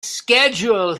schedule